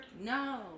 No